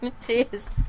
cheers